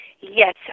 Yes